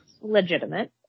legitimate